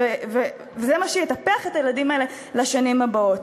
וזה מה שיטפח את הילדים האלה לשנים הבאות.